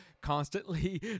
constantly